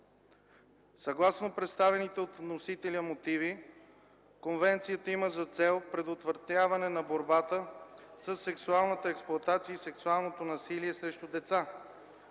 Съгласно представените от вносителя мотиви, конвенцията има за цел предотвратяване и борба със сексуалната експлоатация и сексуалното насилие срещу деца,